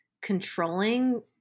controlling